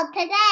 today